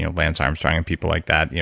and lance armstrong and people like that, yeah